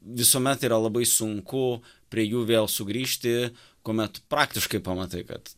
visuomet yra labai sunku prie jų vėl sugrįžti kuomet praktiškai pamatai kad